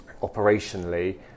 operationally